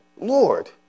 Lord